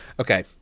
Okay